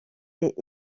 est